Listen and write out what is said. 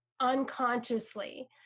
unconsciously